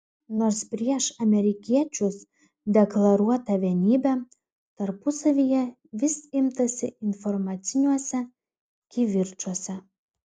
nors prieš amerikiečius deklaruota vienybė tarpusavyje vis imtasi informaciniuose kivirčuose